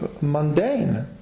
mundane